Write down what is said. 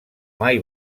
mai